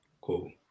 Cool